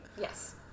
Yes